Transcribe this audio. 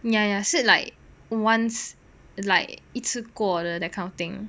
ya ya said like once like 一次过 that kind of thing